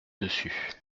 dessus